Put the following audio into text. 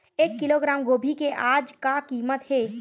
एक किलोग्राम गोभी के आज का कीमत हे?